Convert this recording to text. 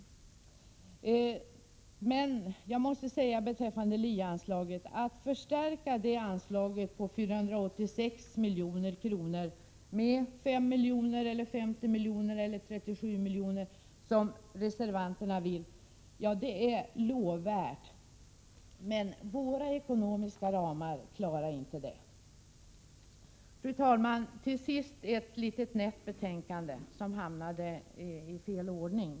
Att som reservanterna vilja förstärka LIE-anslaget på 486 milj.kr. med 5 miljoner, 50 miljoner eller 37 miljoner är lovvärt, men våra ekonomiska ramar klarar inte det. Fru talman! Till sist ett litet nätt betänkande, som hamnat i fel ordning.